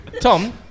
Tom